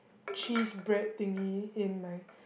cheese bread thingy in my